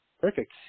perfect